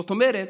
זאת אומרת,